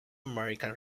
american